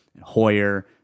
Hoyer